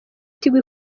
tigo